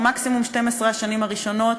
או מקסימום 12 השנים הראשונות.